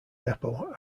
depot